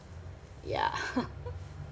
yeah